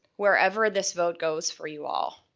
wherever this vote goes for you all,